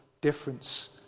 difference